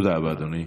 תודה רבה, אדוני.